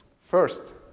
First